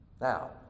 Now